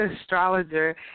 astrologer